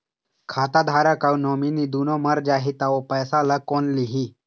खाता धारक अऊ नोमिनि दुनों मर जाही ता ओ पैसा ला कोन लिही?